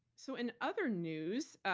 so, in other news,